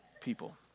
people